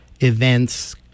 events